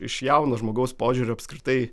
iš jauno žmogaus požiūrio apskritai